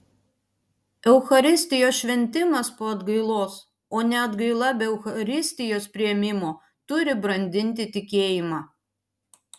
eucharistijos šventimas po atgailos o ne atgaila be eucharistijos priėmimo turi brandinti tikėjimą